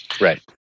Right